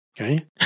Okay